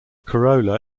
corolla